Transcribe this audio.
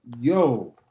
yo